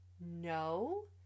no